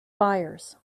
buyers